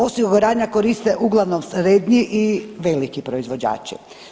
Osiguranja koriste uglavnom srednji i veliki proizvođači.